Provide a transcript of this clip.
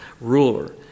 ruler